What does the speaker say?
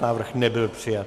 Návrh nebyl přijat.